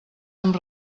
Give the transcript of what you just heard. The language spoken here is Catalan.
amb